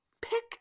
Pick